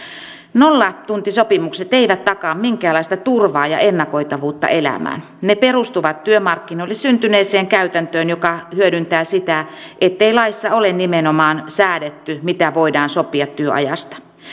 nollatuntisopimukset eivät takaa minkäänlaista turvaa ja ennakoitavuutta elämään ne perustuvat työmarkkinoille syntyneeseen käytäntöön joka hyödyntää sitä ettei laissa ole nimenomaan säädetty mitä voidaan sopia työajasta